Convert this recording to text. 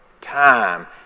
time